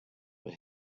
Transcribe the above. but